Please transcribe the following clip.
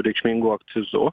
reikšmingu akcizu